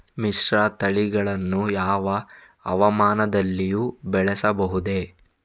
ಮಿಶ್ರತಳಿಗಳನ್ನು ಯಾವ ಹವಾಮಾನದಲ್ಲಿಯೂ ಬೆಳೆಸಬಹುದೇ?